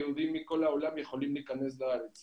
היהודים מכל העולם יוכלו להיכנס לארץ